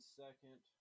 second